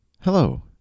Hello